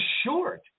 short